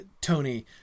Tony